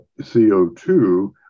co2